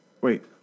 Wait